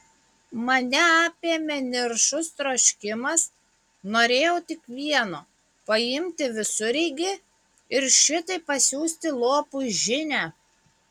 mane apėmė niršus troškimas norėjau tik vieno paimti visureigį ir šitaip pasiųsti lopui žinią